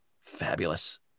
fabulous